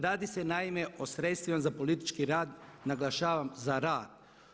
Radi se naime o sredstvima za politički rad, naglašavam za rad.